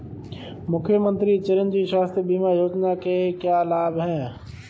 मुख्यमंत्री चिरंजी स्वास्थ्य बीमा योजना के क्या लाभ हैं?